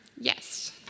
Yes